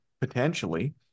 potentially